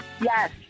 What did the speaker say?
Yes